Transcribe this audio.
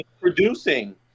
producing